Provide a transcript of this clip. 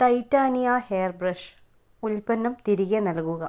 Titania hair brush ഉൽപ്പന്നം തിരികെ നൽകുക